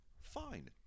Fine